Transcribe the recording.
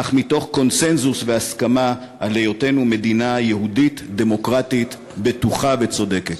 אך מתוך קונסנזוס והסכמה על היותנו מדינה יהודית-דמוקרטית בטוחה וצודקת.